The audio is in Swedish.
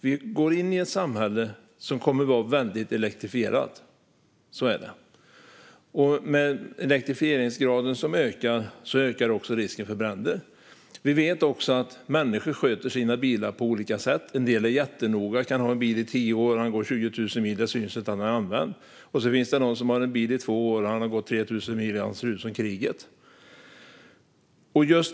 Vi går in i ett samhälle som kommer att vara väldigt elektrifierat - så är det. Med en ökande elektrifieringsgrad ökar också risken för bränder. Vi vet också att människor sköter sina bilar på olika sätt; en del är jättenoga och kan ha en bil i tio år som går 20 000 mil utan att det syns att den är använd, och så finns det någon som har en bil i två år som går 3 000 mil men ser ut som kriget.